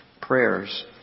prayers